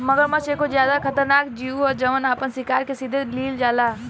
मगरमच्छ एगो ज्यादे खतरनाक जिऊ ह जवन आपना शिकार के सीधे लिल जाला